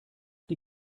die